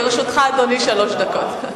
לרשותך, אדוני, שלוש דקות.